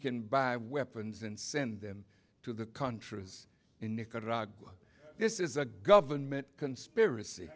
can buy weapons and send them to the contras in nicaragua this is a government conspiracy